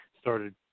started